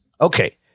Okay